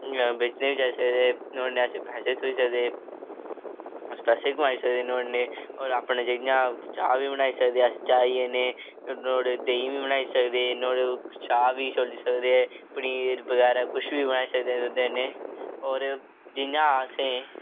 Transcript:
बेचने बी जाई सकदे नुहाड़े असेंगी पैसे बी थ्होई सकदे अस पैसे बी कमाई सकदे नुहाड़े कन्नै होर जियां चाह् बी बनाई सकदे अस चाही कन्नै नुआढ़े देहीं बी बनाई सकदे छाह् बी छोली सकदे पनीर बगैरा कुछ बी बनाई सकदे दुद्धै कन्नै होर जियां असें